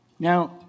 Now